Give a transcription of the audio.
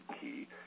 Key